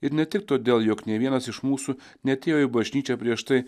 ir ne tik todėl jog nei vienas iš mūsų neatėjo į bažnyčią prieš tai